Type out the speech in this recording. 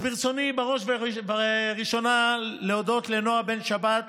אז ברצוני בראש ובראשונה להודות לנעה בן שבת,